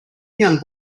young